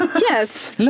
yes